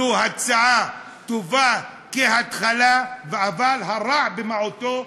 זו הצעה טובה כהתחלה, הרע במיעוטו,